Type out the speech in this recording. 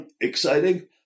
exciting